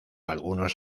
algunos